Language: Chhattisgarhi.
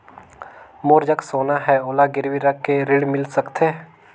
मोर जग सोना है ओला गिरवी रख के ऋण मिल सकथे?